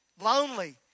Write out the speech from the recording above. Lonely